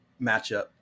matchup